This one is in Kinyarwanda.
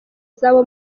zabo